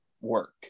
work